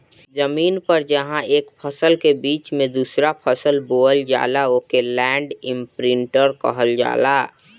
जमीन पर जहां एक फसल के बीच में दूसरा फसल बोवल जाला ओके लैंड इमप्रिन्टर कहल जाला